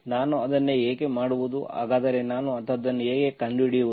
ನಾನು ಅದನ್ನು ಹೇಗೆ ಮಾಡುವುದು ಹಾಗಾದರೆ ನಾನು ಅಂತಹದನ್ನು ಹೇಗೆ ಕಂಡುಹಿಡಿಯುವುದು